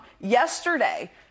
yesterday